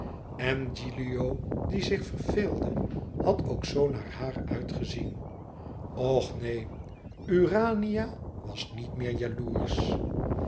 en gilio die zich verveelde had ook zoo naar haar uitgezien och neen urania was niet meer jaloersch